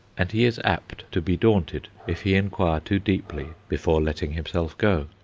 and he is apt to be daunted if he inquire too deeply before letting himself go.